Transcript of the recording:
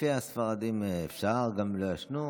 לפי הספרדים אפשר גם אם לא ישנו.